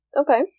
Okay